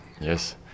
yes